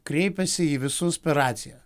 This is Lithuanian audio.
kreipiasi į visus per raciją